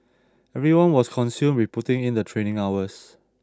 everyone was consumed with putting in the training hours